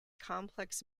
complex